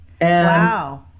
Wow